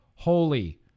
Holy